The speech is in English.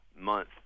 month